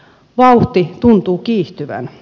vauhti tuntuu kiihtyvän